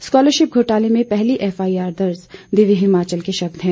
scholarship घोटाले में पहली एफआईआर दर्ज दिव्य हिमाचल के शब्द हैं